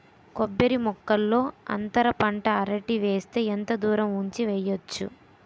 కొబ్బరి మొక్కల్లో అంతర పంట అరటి వేస్తే ఎంత దూరం ఉంచి వెయ్యొచ్చు?